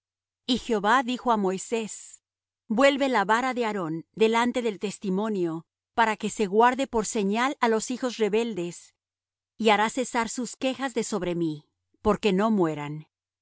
y jehová dijo á moisés vuelve la vara de aarón delante del testimonio para que se guarde por señal á los hijos rebeldes y harás cesar sus quejas de sobre mí porque no mueran